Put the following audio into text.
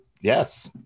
Yes